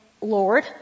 Lord